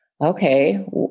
okay